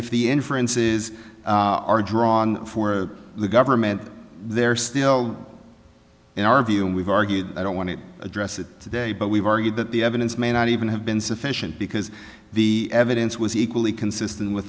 if the inferences are drawn for the government there are still in our view and we've argued i don't want to address it today but we've argued that the evidence may not even have been sufficient because the evidence was equally consistent with